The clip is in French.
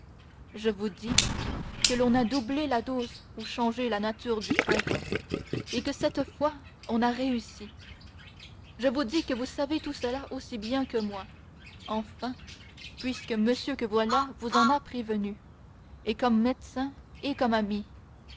je vous dis que l'on a doublé la dose ou changé la nature du poison et que cette fois on a réussi je vous dis que vous savez tout cela aussi bien que moi enfin puisque monsieur que voilà vous en a prévenu et comme médecin et comme ami